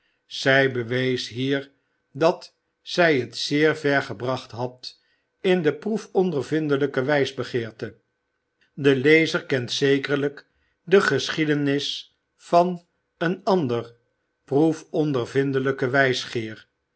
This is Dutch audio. zij bewees hier dat zij het zeer ver gebracht had in de proefondervindelijke wijsbegeerte de lezer kent zekerlijk de geschiedenis van eer ander proefondervindelijken wijsgeer